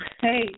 hey